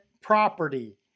property